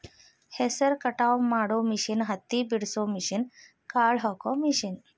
ಹೆಸರ ಕಟಾವ ಮಾಡು ಮಿಷನ್ ಹತ್ತಿ ಬಿಡಸು ಮಿಷನ್, ಕಾಳ ಹಾಕು ಮಿಷನ್